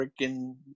freaking